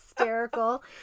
hysterical